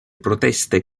proteste